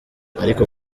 ariko